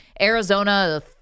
Arizona